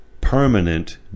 permanent